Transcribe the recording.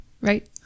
Right